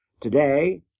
Today